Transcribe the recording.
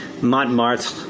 Montmartre